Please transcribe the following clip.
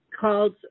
called